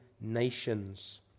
nations